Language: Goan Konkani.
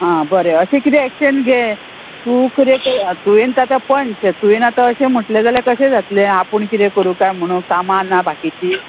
आ बरें अशें किदें एक्शेन घे तूं कितें तुवेंन आतां पंच तुवें आतां अशें म्हटलें जाल्यार कशें जातलें आपूण कितें करूं काय म्हणून कामां ना बाकीची